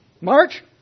march